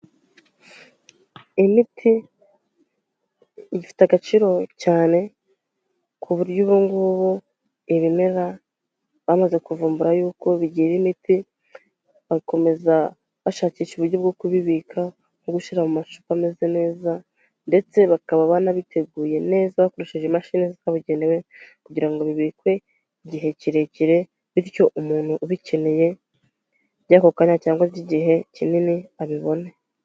Imiti, ifite agaciro cyane, ku buryo ubu ngubu ibimera, bamaze kuvumbura yuko bigira imiti, bakomeza bashakisha uburyo bwo kubibika, nko gushyira mu macupa ameze neza, ndetse bakaba banabiteguye neza bakoresheje imashini zabugenewe, kugira ngo bibikwe igihe kirekire, bityo umuntu ubikeneye by'ako kanya cyangwa by'igihe kinini abibone.